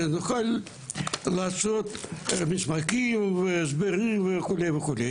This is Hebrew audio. שנוכל לעשות מסמכים והסברים וכו'.